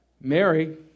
Mary